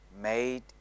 made